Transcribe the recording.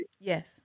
Yes